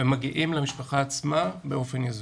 ומגיעים למשפחה עצמה באופן יזום.